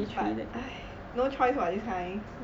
but no choice [what] this kind